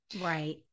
Right